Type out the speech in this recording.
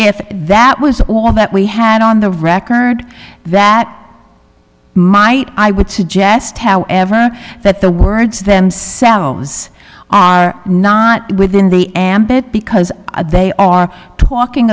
if that was all that we had on the record that might i would suggest however that the words themselves are not within the ambit because they are talking